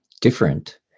different